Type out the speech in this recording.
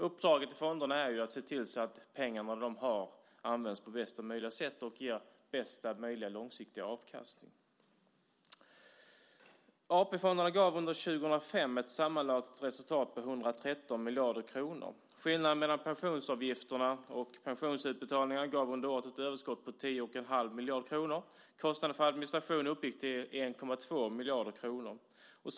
Uppdraget till fonderna är att de ska se till att de pengar som de har används på bästa möjliga sätt och ger bästa möjliga långsiktiga avkastning. AP-fonderna gav under 2005 ett sammanlagt resultat på 113 miljarder kronor. Skillnaden mellan pensionsavgifterna och pensionsutbetalningarna gav under året ett överskott på 10,5 miljarder kronor. Kostnaden för administrationen uppgick till 1,2 miljarder kronor.